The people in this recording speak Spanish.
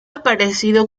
aparecido